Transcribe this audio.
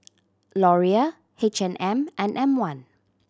Laurier H and M and M One